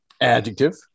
Adjective